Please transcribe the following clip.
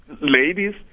ladies